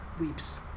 weeps